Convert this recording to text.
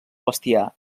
bestiar